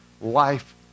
life